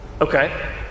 Okay